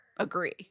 agree